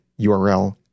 URL